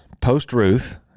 post-Ruth